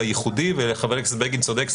וחבר הכנסת בגין צודק,